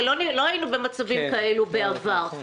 הרי לא היינו במצבים כאלה בעבר.